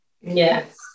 Yes